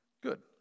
good